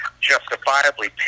justifiably